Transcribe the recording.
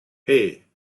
hey